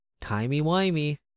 Timey-wimey